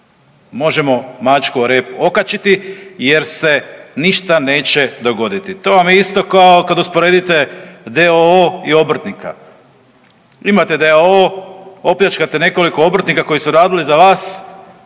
možemo mačku o rep okačiti jer se ništa neće dogoditi. To vam je isto kao kad usporedite d.o.o. i obrtnika, imate d.o.o. opljačkate nekoliko obrtnika koji su radili za vas,